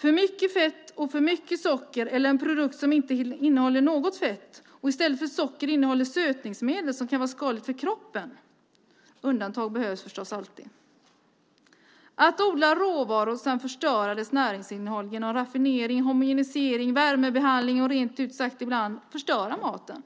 för mycket fett och för mycket socker eller en produkt som inte innehåller något fett alls och i stället för socker innehåller sötningsmedel som kan vara skadligt för kroppen. Undantag behövs förstås alltid. Det odlas råvaror och sedan förstörs deras näringsinnehåll genom raffinering, homogenisering, värmebehandling. Maten förstörs rent ut sagt ibland.